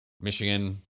Michigan